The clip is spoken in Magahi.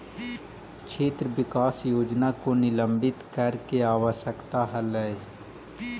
क्षेत्र विकास योजना को निलंबित करे के आवश्यकता हलइ